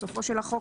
בסופו של החוק,